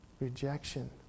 rejection